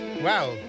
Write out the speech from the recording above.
Wow